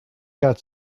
got